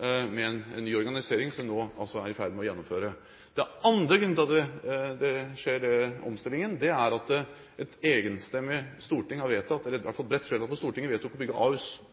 med en ny organisering, som vi nå altså er i ferd med å gjennomføre. Den andre grunnen til at den omstillingen skjer, er at et enstemmig storting, eller i hvert fall et bredt flertall på Stortinget, vedtok å bygge